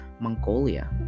Mongolia